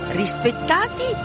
rispettati